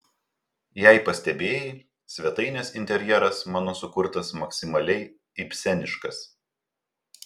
jei pastebėjai svetainės interjeras mano sukurtas maksimaliai ibseniškas